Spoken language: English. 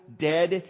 dead